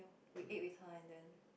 you ate with her and then